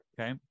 Okay